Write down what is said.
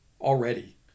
already